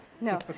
No